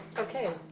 okay,